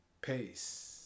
Peace